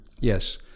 Yes